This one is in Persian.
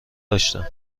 داشتم